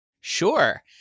sure